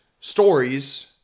stories